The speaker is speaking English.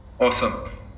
Awesome